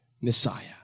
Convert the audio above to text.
Messiah